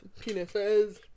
penises